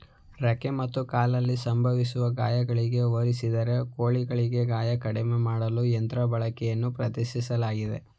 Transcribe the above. ರೆಕ್ಕೆ ಮತ್ತು ಕಾಲಲ್ಲಿ ಸಂಭವಿಸುವ ಗಾಯಗಳಿಗೆ ಹೋಲಿಸಿದರೆ ಕೋಳಿಗಳಿಗೆ ಗಾಯ ಕಡಿಮೆ ಮಾಡಲು ಯಂತ್ರ ಬಳಕೆಯನ್ನು ಪ್ರದರ್ಶಿಸಲಾಗಿದೆ